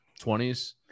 20s